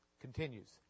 Continues